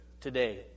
today